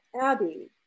Abby